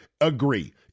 agree